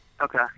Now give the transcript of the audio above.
Okay